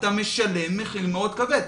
אתה משלם מחיר מאוד כבד.